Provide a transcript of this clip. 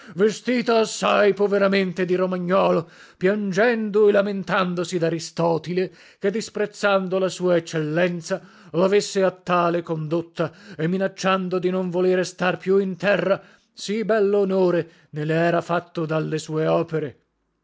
vestita assai poveramente di romagnolo piangendo e lamentandosi daristotile che disprezzando la sua eccellenza lavesse a tale condotta e minacciando di non volere star più in terra sì bello onore ne le era fatto dalle sue opere